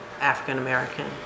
African-American